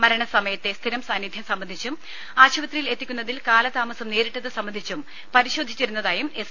മരണസമയത്തെ സ്ഥിരം സാന്നിധ്യം സംബന്ധിച്ചും ആശുപത്രിയിൽ എത്തിക്കുന്നതിൽ കാലതാമസം നേരിട്ടത് സംബന്ധിച്ചും പരിശോധിച്ചിരുന്നതായും എസ്